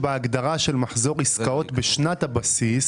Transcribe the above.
בהגדרה "מחזור עסקאות בשנת הבסיס"